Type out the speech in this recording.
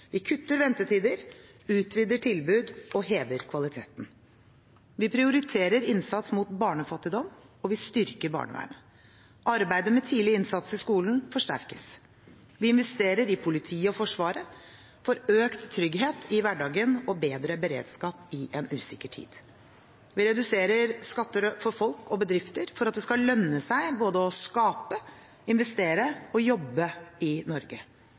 Vi kutter ventetider, utvider tilbud og hever kvaliteten. Vi prioriterer innsats mot barnefattigdom, og vi styrker barnevernet. Arbeidet med tidlig innsats i skolen forsterkes. Vi investerer i politiet og Forsvaret for økt trygghet i hverdagen og bedre beredskap i en usikker tid. Vi reduserer skatter for folk og bedrifter for at det skal lønne seg både å skape, investere og jobbe i Norge.